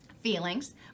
feelings